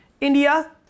India